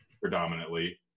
predominantly